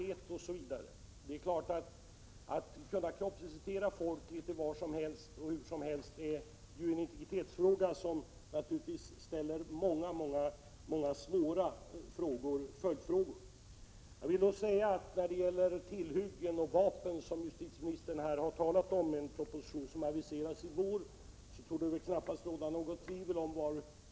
Det är naturligtvis en fråga om integritet om man skall kunna kroppsvisitera folk litet var som helst och hur som helst — och i sammanhanget finns många följdfrågor som är svåra att lösa. Det torde knappast råda något tvivel om var de politiska partierna står beträffande tillhyggen och vapen — som justitieministern har talat om och aviserat en proposition om till våren.